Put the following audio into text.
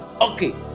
Okay